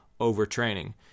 overtraining